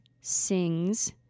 sings